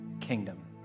kingdom